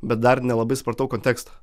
bet dar nelabai supratau konteksto